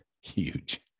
huge